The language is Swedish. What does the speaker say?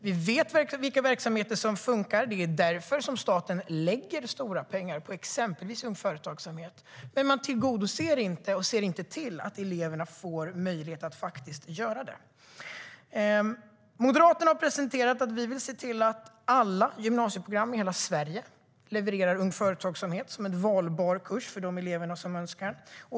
Vi vet vilka verksamheter som funkar - det är därför staten lägger stora pengar på exempelvis Ung Företagsamhet - men man ser inte till att eleverna får möjlighet att faktiskt delta i dem. Moderaterna har presenterat att vi vill se till att alla gymnasieprogram i hela Sverige levererar Ung Företagsamhet som en valbar kurs för de elever som så önskar.